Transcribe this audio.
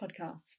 podcast